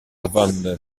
van